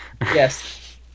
Yes